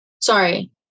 sorry